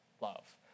love